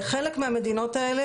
חלק מהמדינות האלה,